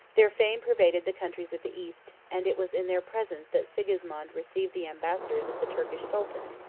their fame pervaded the countries of the east and it was in their presence that sigismond received the ambassadors of the turkish sultan,